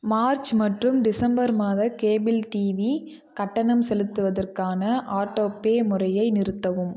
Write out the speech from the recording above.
March மற்றும் December மாதம் cable TV கட்டணம் செலுத்துவதற்கான ஆட்டோபே முறையை நிறுத்தவும்